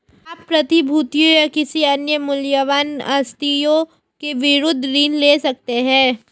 आप प्रतिभूतियों या किसी अन्य मूल्यवान आस्तियों के विरुद्ध ऋण ले सकते हैं